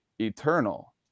eternal